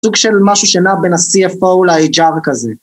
סוג של משהו שינה בין ה-CFO לאייג'ר כזה.